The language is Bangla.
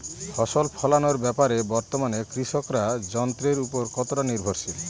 ফসল ফলানোর ব্যাপারে বর্তমানে কৃষকরা যন্ত্রের উপর কতটা নির্ভরশীল?